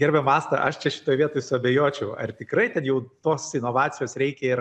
gerbiama asta aš čia šitoj vietoj suabejočiau ar tikrai ten jau tos inovacijos reikia ir